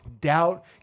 doubt